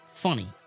Funny